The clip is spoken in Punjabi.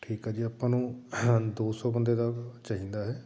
ਠੀਕ ਆ ਜੀ ਆਪਾਂ ਨੂੰ ਦੋ ਸੌ ਬੰਦੇ ਦਾ ਚਾਹੀਦਾ ਹੈ